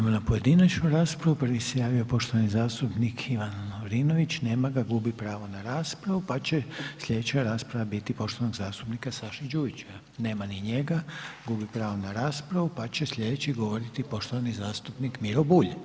Idemo na pojedinačnu raspravu, prvi se javio poštovani zastupnik Ivan Lovrinović, nema ga, gubi pravo na raspravu, pa će slijedeća rasprava biti poštovanog zastupnika Saše Đujića, nema ni njega, gubi pravo na raspravu, pa će slijedeći govoriti poštovani zastupnik Miro Bulj.